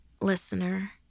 Listener